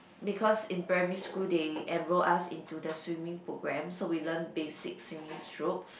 because in primary school they enroll us into the swimming programme so we learn basic swimming strokes